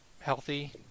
Healthy